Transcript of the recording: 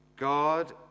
God